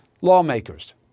lawmakers